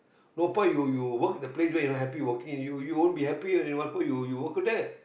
no point you you work at a place and you are not happy working you you wont be happy and what for you you work there